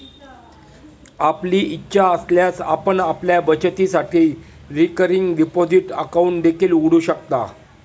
आपली इच्छा असल्यास आपण आपल्या बचतीसाठी रिकरिंग डिपॉझिट अकाउंट देखील उघडू शकता